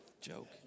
joke